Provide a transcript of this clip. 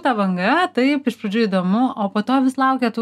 ta banga taip iš pradžių įdomu o po to vis laukia tų